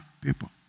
people